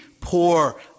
poor